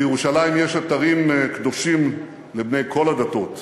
בירושלים יש אתרים קדושים לבני כל הדתות: